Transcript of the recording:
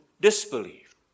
disbelieved